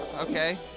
Okay